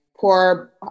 poor